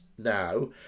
now